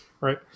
right